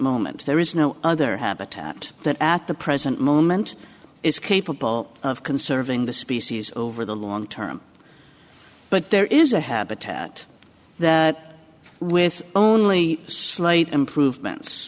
moment there is no other habitat that at the present moment is capable of conserving the species over the long term but there is a habitat that with only slight improvements